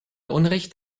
unrecht